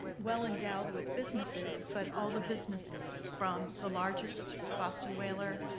well endowed with businesses, but all the businesses, from the largest, boston whaler,